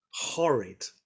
horrid